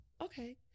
okay